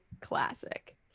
classic